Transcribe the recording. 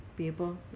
people